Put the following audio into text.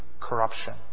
corruption